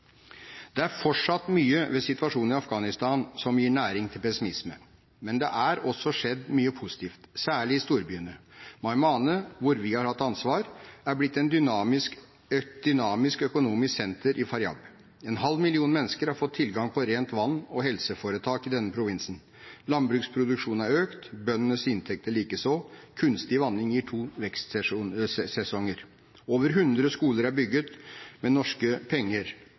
Det er fortsatt mye ved situasjonen i Afghanistan som gir næring til pessimisme. Men det har også skjedd mye positivt, særlig i storbyene. Meymaneh, hvor vi har hatt ansvar, er blitt et dynamisk økonomisk senter i Faryab. En halv million mennesker har fått tilgang på rent vann og helseforetak i denne provinsen. Landbruksproduksjonen er økt, bøndenes inntekter likeså. Kunstig vanning gir to vekstsesonger. Over 100 skoler er bygget med norske penger.